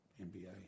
NBA